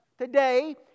Today